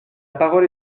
parole